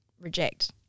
reject